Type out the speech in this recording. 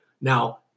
Now